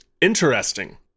Interesting